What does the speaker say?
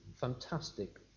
fantastic